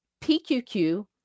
PQQ